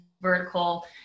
vertical